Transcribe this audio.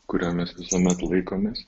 kurio mes visuomet laikomės